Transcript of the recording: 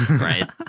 right